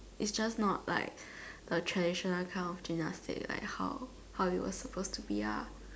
it's just not like a traditional kind of gymnastic like how how we were supposed to be ah